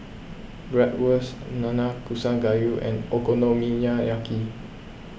Bratwurst Nanakusa Gayu and Okonomiyaki